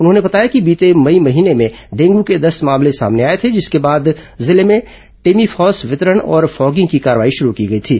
उन्होंने बताया कि बीते मई महीने में डेंगू के दस मामले सामने आए थे जिसके बाद जिले में टेमीफास वितरण और फॉगिंग की कार्रवाई शुरू की गई थी